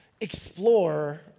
explore